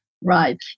Right